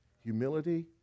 Humility